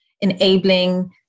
enabling